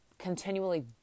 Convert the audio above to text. continually